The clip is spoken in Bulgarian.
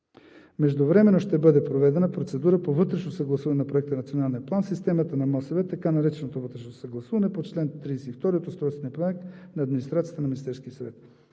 Междувременно ще бъде проведена процедура по вътрешно съгласуване на проекта на националния план в системата на МОСВ – така нареченото вътрешно съгласуване по чл. 32 от Устройствения правилник на Администрацията на